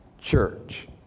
church